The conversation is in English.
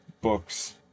books